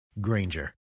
Granger